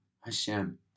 Hashem